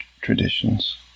traditions